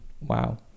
Wow